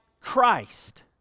Christ